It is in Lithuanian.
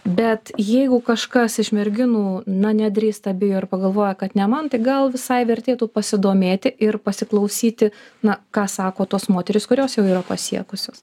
bet jeigu kažkas iš merginų na nedrįsta bijo ir pagalvoja kad ne man tai gal visai vertėtų pasidomėti ir pasiklausyti na ką sako tos moterys kurios jau yra pasiekusios